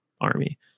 army